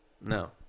No